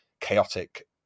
chaotic